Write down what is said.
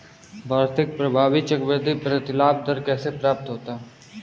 वार्षिक प्रभावी चक्रवृद्धि प्रतिलाभ दर कैसे प्राप्त होता है?